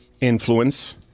influence